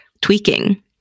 tweaking